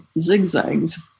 zigzags